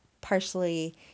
partially